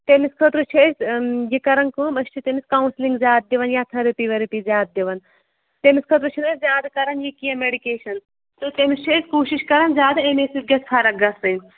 تٔمِس خٲطرٕ چھِ أسۍ یہِ کَرَن کٲم أسۍ چھِ تٔمِس کاوسٕلِنٛگ زیادٕ دِوَان یا تھٔرِپی ؤرِپی زیادٕ دِوَان تٔمِس خٲطرٕ چھِنہٕ أسۍ زیادٕ کَرَان یہِ کینٛہہ میٚڈِکیشَن تہٕ تٔمِس چھِ أسۍ کوٗشِش کَرَان زیادٕ امے سۭتۍ گژھِ فرق گژھٕنۍ